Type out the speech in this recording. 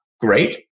great